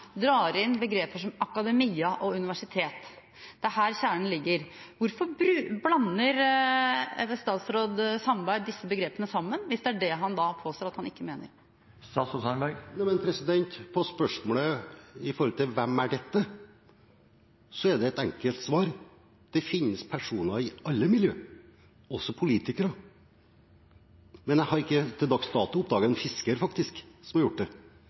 drar inn begreper som «akademia» og «universitet». Det er her kjernen ligger: Hvorfor blander statsråd Sandberg disse begrepene sammen, hvis det er det han påstår at han ikke mener? På spørsmålet om hvem dette er, er det et enkelt svar: Det finnes personer i alle miljøer, også politikere, men jeg har ikke til dags dato oppdaget en fisker som har gjort det.